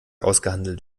ausgehandelt